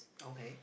okay